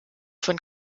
von